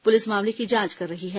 police मामले की जांच कर रही है